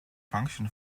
function